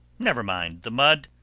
never mind the mud.